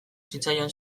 zitzaion